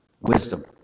wisdom